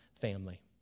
family